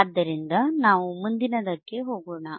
ಆದ್ದರಿಂದ ನಾವು ಮುಂದಿನದಕ್ಕೆ ಹೋಗೋಣ